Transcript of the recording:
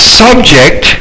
subject